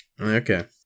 Okay